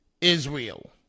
Israel